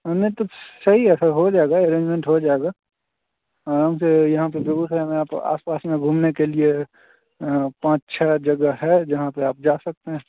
नहीं तो सही है सर हो जाएगा एरेंजमेंट हो जाएगा आराम से यहाँ पे बेगूसराय में आपको आस पास में घूमने के लिए पाँच छ जगह है जहाँ पे आप जा सकते हैं